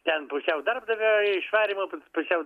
ten pusiau darbdavio išvarymo pusiau